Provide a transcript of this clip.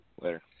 Later